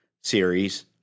series